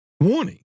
Warning